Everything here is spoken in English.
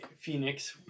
Phoenix